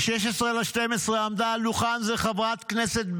ב-16 בדצמבר עמדה על דוכן זה בצרחות חברת כנסת,